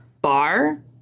bar